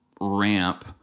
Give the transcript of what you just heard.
ramp